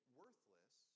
worthless